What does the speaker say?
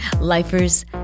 Lifers